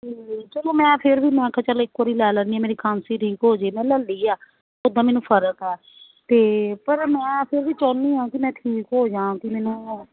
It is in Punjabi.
ਅਤੇ ਚਲੋ ਮੈਂ ਫਿਰ ਵੀ ਮੈਂ ਕਿਹਾ ਚੱਲ ਇੱਕ ਵਾਰੀ ਲੈ ਲੈਂਦੀ ਮੇਰੀ ਖਾਂਸੀ ਠੀਕ ਹੋ ਜੇ ਮੈਂ ਲੈ ਲਈ ਆ ਉੱਦਾਂ ਮੈਨੂੰ ਫਰਕ ਆ ਅਤੇ ਪਰ ਮੈਂ ਫਿਰ ਵੀ ਚਾਹੁੰਦੀ ਹਾਂ ਕਿ ਮੈਂ ਠੀਕ ਹੋ ਜਾਂ ਵੀ ਮੈਨੂੰ